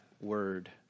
word